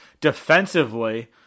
Defensively